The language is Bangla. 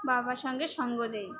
বাবার সঙ্গে সঙ্গ দিই